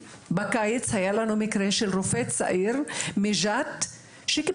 בקיץ היה לנו מקרה של רופא צעיר מג'ת שקיפח